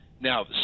Now